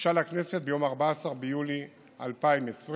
הוגשה לכנסת ביום 14 ביולי 2020,